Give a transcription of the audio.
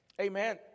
Amen